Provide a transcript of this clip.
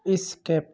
skip